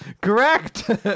Correct